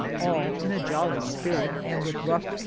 all in a jolly spirit, and with rough,